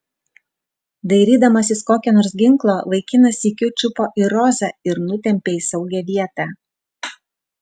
dairydamasis kokio nors ginklo vaikinas sykiu čiupo ir rozą ir nutempė į saugią vietą